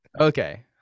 Okay